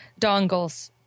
Dongle's